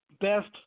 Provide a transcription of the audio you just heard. best